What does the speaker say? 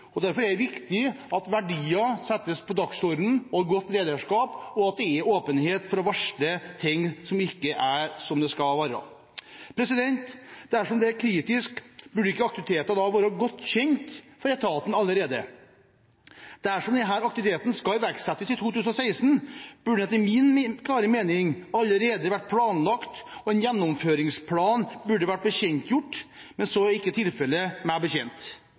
Derfor er det viktig at verdier settes på dagsordenen, godt lederskap, og at det er åpenhet for å varsle om ting som ikke er som de skal være. Dersom dette er kritisk, burde ikke aktiviteter da være godt kjent for etaten allerede? Dersom denne aktiviteten skal iverksettes i 2016, burde den etter min klare mening allerede vært planlagt, og en gjennomføringsplan burde vært bekjentgjort. Men så er ikke tilfellet, meg bekjent.